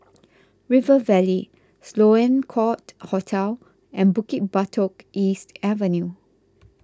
River Valley Sloane Court Hotel and Bukit Batok East Avenue